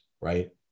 right